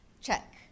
check